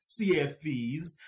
cfps